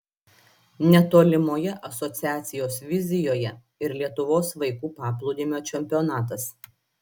netolimoje asociacijos vizijoje ir lietuvos vaikų paplūdimio čempionatas